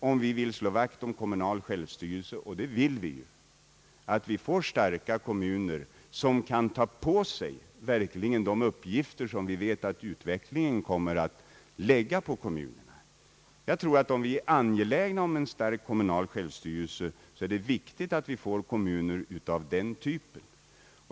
Om vi vill slå vakt om kommunal självstyrelse, och det vill vi, tror jag att det är nödvändigt att vi får starka kommuner som verkligen kan ta på sig de uppgifter som vi vet att utvecklingen kommer att lägga på dem. Om vi är angelägna om en stark kommunal självstyrelse, är det viktigt att vi får kommuner av denna typ.